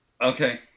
Okay